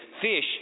fish